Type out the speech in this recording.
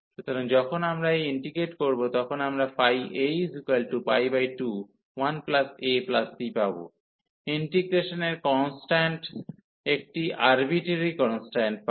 সুতরাং যখন আমরা এটি ইন্টিগ্রেট করব তখন আমরা a21a c পাব ইন্টিগ্রেশনের কন্সট্যান্ট একটি আরবিট্যারি কন্সট্যান্ট পাব